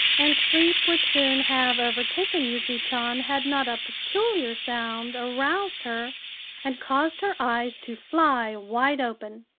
and sleep would soon have overtaken yuki chan had not a peculiar sound aroused her and caused her eyes to fly wide open.